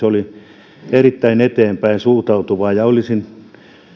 oli erittäin eteenpäin suuntautuvaa ja olisin